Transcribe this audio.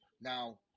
now